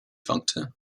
functor